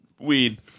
weed